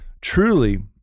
truly